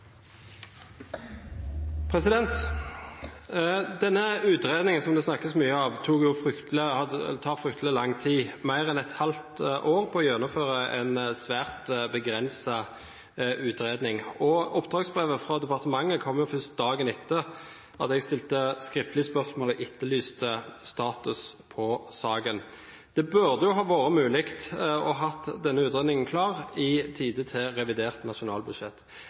Denne utredningen som det snakkes mye om, tar fryktelig lang tid. Det har tatt mer enn et halvt år å gjennomføre en svært begrenset utredning, og oppdragsbrevet fra departementet kommer først dagen etter at jeg stilte skriftlig spørsmål og etterlyste status i saken. Det burde ha vært mulig å ha denne utredningen klar til revidert nasjonalbudsjett.